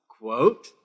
quote